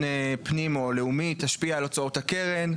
הפנים או לביטחון לאומי השפיע על הוצאות הקרן,